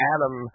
Adam